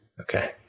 Okay